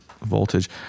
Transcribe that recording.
voltage